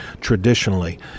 traditionally